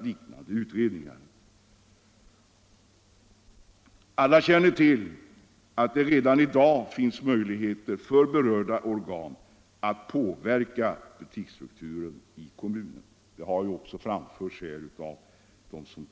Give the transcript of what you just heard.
liknande utredningar. Alla känner till att det redan i dag finns möjligheter för berörda organ att påverka butiksstrukturen i kommunerna. Detta har också framhållits av